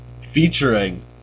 Featuring